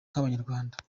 nk’abanyarwanda